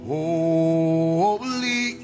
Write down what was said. Holy